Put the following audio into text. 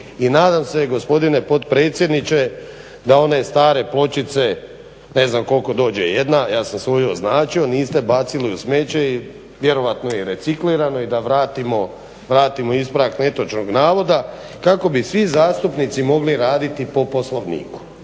I nadam se gospodine potpredsjedniče da one stare pločice ne znam koliko dođe jedna, ja sam svoju označio niste bacili u smeće i vjerojatno je reciklirano i da vratimo ispravak netočnog navoda kako bi svi zastupnici mogli raditi po Poslovniku